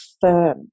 firm